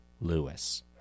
Lewis